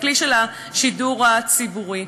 בכלי של השידור הציבורי.